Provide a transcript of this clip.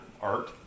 art